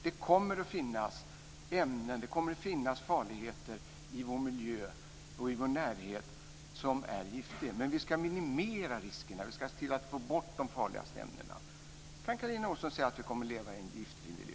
Det kommer att finnas giftiga ämnen och farligheter i vår miljö och i vår närhet, men vi ska minimera riskerna. Vi ska se till att få bort de farligaste ämnena. Kan Carina Ohlsson säga att vi kommer att leva i en giftfri miljö?